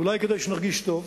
אולי כדי שנרגיש טוב,